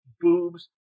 boobs